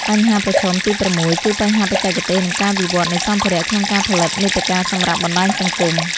បញ្ហាប្រឈមទី៦ គឺបញ្ហាបច្ចេកទេស និងការវិវត្តនៃសម្ភារៈក្នុងការផលិតមាតិកាសម្រាប់បណ្ដាញសង្គម។